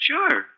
Sure